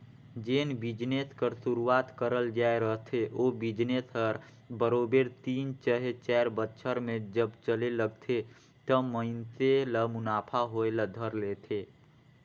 जेन बिजनेस कर सुरूवात करल जाए रहथे ओ बिजनेस हर बरोबेर तीन चहे चाएर बछर में जब चले लगथे त मइनसे ल मुनाफा होए ल धर लेथे